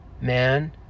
man